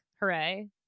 Hooray